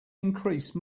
increase